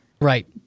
Right